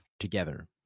together